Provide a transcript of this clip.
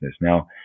Now